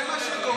זה מה שגורם לך,